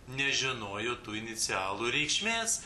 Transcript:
nežinojo tų inicialų reikšmės